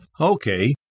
Okay